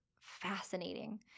fascinating